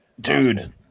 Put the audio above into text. Dude